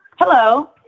Hello